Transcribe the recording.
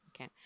Okay